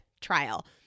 trial